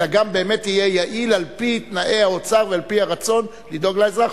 אלא גם יהיה יעיל על-פי תנאי האוצר ועל-פי הרצון לדאוג לאזרח.